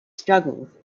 struggles